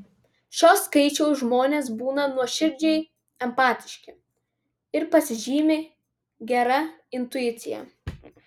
šio skaičiaus žmonės būna nuoširdžiai empatiški ir pasižymi gera intuicija